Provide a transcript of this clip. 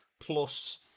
plus